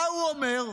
מה הוא אומר?